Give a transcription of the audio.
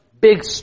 Big